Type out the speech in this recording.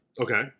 Okay